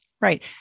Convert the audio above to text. Right